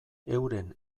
euren